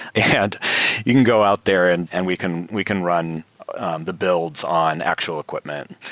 and you can go out there and and we can we can run the builds on actual equipment.